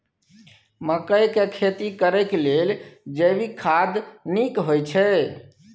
मकई के खेती करेक लेल जैविक खाद नीक होयछै?